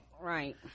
Right